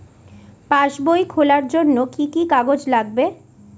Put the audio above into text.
পাসবই খোলার জন্য কি কি কাগজ লাগবে?